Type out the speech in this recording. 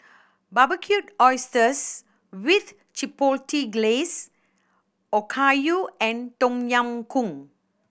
Barbecued Oysters with Chipotle Glaze Okayu and Tom Yam Goong